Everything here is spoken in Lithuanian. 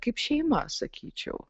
kaip šeima sakyčiau